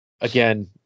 Again